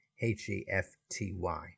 H-E-F-T-Y